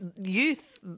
youth